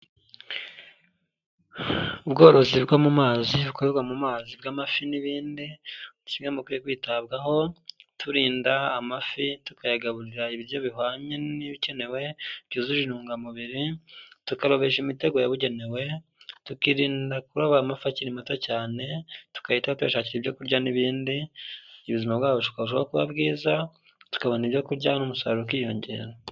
Ubworozi bwo mu mazi, bukorerwa mu mazi bw'amafi n'ibindi, kimwe mubikwiye kwitabwaho, turinda amafi, tukayagaburira ibiryo bihwanye n'ibikenewe, byuzuye intungamubiri, tukarobesha imitego yabugenewe, tukirinda kuroba amafi akiri mato cyane, tugahita tuyashakira ibyo kurya n'ibindi, ubusima bwayo bikarushaho kuba bwiza, tukabona ibyo kurya n'umusaruro wayo ukarushaho kwiyongera.